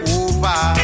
over